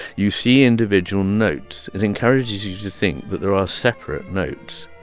you see individual notes. it encourages you to think that there are separate notes.